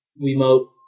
Remote